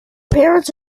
parents